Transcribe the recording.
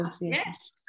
Yes